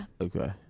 Okay